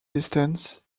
distances